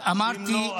אם לא, אז אנא.